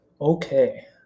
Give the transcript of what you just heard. Okay